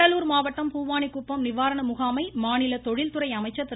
சம்பத் கடலூர் மாவட்டம் பூவாணிக்குப்பம் முகாமை மாநில தொழில்துறை அமைச்சர் திரு